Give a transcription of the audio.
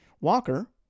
Walker